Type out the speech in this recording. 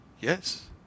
Yes